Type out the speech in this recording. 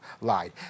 lied